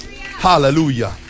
Hallelujah